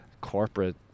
corporate